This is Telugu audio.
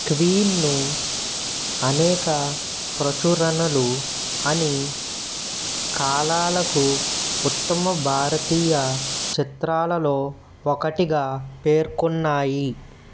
క్వీన్ను అనేక ప్రచురణలు అన్ని కాలాలకు ఉత్తమ భారతీయ చిత్రాలలో ఒకటిగా పేర్కొన్నాయి